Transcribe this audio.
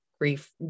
grief